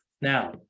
Now